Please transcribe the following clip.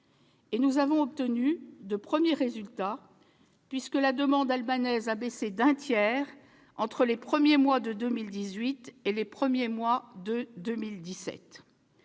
Nous avons obtenu de premiers résultats puisque la demande albanaise a baissé d'un tiers entre les premiers mois de 2017 et les premiers mois de 2018.